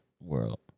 world